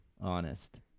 honest